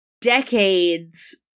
decades